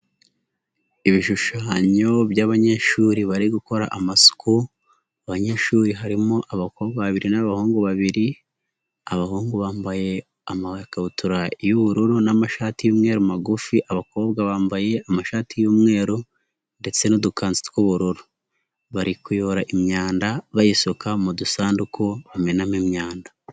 Ibishushanyo by'abanyeshuri bari gukora amasuku, abanyeshuri harimo abakobwa babiri n'abahungu babiri, abahungu bambaye amakabutura y'ubururu n'amashati y'umweru magufi, abakobwa bambaye amashati y'umweru ndetse n'udukanzu tw'ubururu. Bari kuyora imyanda bayisuka mu dusanduku bamenamo imyanda.